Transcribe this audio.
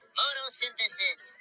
Photosynthesis